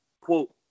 quote